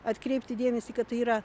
atkreipti dėmesį kad tai yra